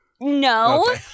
No